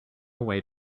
way